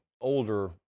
older